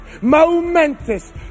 momentous